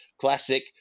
Classic